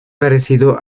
parecido